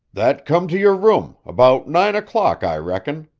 that come to your room about nine o'clock, i reckon,